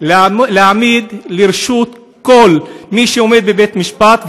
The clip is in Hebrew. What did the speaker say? להעמיד לרשות כל מי שעומד בבית משפט,